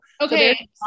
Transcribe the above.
Okay